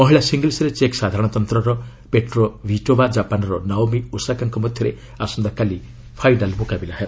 ମହିଳା ସିଙ୍ଗିଲ୍ସରେ ଚେକ୍ ସାଧାରଣତନ୍ତ୍ରର ପେଟ୍ରୋ ଭିଟୋବା ଜାପାନର ନାଓମି ଓସୋକାଙ୍କ ମଧ୍ୟରେ ଆସନ୍ତାକାଲି ଫାଇନାଲ୍ ମୁକାବିଲା ହେବ